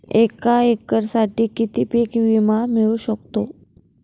एका एकरसाठी किती पीक विमा मिळू शकतो?